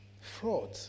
Fraud